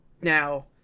now